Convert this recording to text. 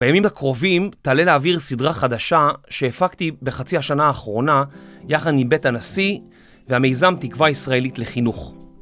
בימים הקרובים תעלה לאוויר סדרה חדשה שהפקתי בחצי השנה האחרונה יחד עם בית הנשיא והמיזם תקווה ישראלית לחינוך